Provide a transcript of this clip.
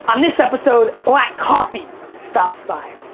on this episode, black coffee stops by.